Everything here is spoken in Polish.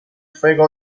twojego